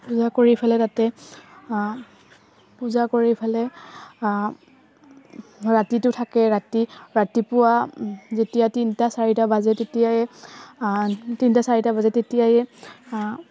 পূজা কৰি পেলাই তাতে পূজা কৰি পেলাই ৰাতিটো থাকে ৰাতি ৰাতিপুৱা যেতিয়া তিনিটা চাৰিটা বাজে তেতিয়াই তিনিটা চাৰিটা বাজে তেতিয়াই